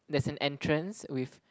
there's an entrance with